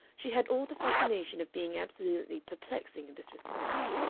she had all the fascination of being absolutely perplexing in this respect.